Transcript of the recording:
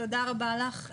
תודה רבה לך.